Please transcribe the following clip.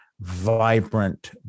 vibrant